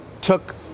took